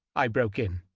i broke in.